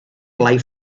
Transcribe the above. blai